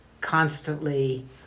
constantly